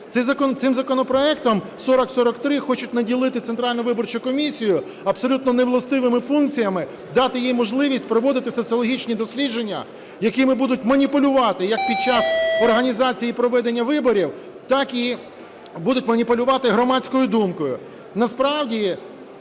Цим законопроектом 4043 хочуть наділити Центральну виборчу комісію абсолютно невластивими функціями – дати їй можливість проводити соціологічні дослідження, якими будуть маніпулювати, як під час організації і проведення виборів, так і будуть маніпулювати громадською думкою. Насправді,